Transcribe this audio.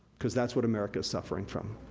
cause that's what america's suffering from.